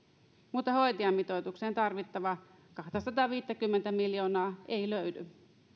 mutta hoitajamitoitukseen tarvittavaa kahtasataaviittäkymmentä miljoonaa ei löydy